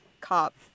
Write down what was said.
cop